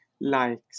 likes